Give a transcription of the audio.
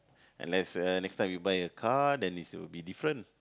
unless uh next time you buy a car then it's will be different